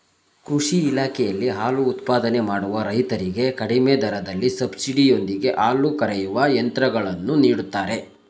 ಕೃಷಿ ಇಲಾಖೆಯಲ್ಲಿ ಹಾಲು ಉತ್ಪಾದನೆ ಮಾಡುವ ರೈತರಿಗೆ ಕಡಿಮೆ ದರದಲ್ಲಿ ಸಬ್ಸಿಡಿ ಯೊಂದಿಗೆ ಹಾಲು ಕರೆಯುವ ಯಂತ್ರಗಳನ್ನು ನೀಡುತ್ತಾರೆ